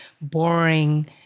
boring